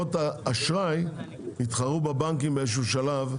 שחברות אשראי יתחרו בבנקים באיזשהו שלב.